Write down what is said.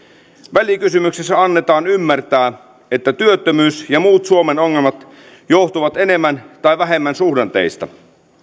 välikysymyksessä annetaan ymmärtää että työttömyys ja muut suomen ongelmat johtuvat enemmän tai vähemmän suhdanteista